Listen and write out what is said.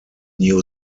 new